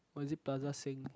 was it Plaza Sing